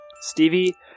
Stevie